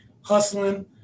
hustling